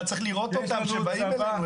אתה צריך לראות אותם כשבאים אלינו.